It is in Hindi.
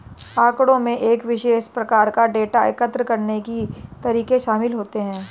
आँकड़ों में एक विशेष प्रकार का डेटा एकत्र करने के तरीके शामिल होते हैं